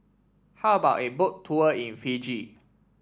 how about a Boat Tour in Fiji